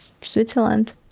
Switzerland